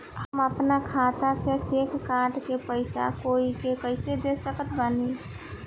हम अपना खाता से चेक काट के पैसा कोई के कैसे दे सकत बानी?